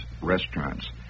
restaurants